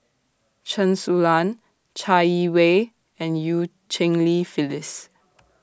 Chen Su Lan Chai Yee Wei and EU Cheng Li Phyllis